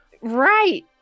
right